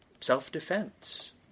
self-defense